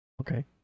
Okay